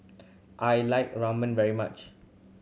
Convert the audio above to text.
I like Ramen very much